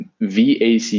VAC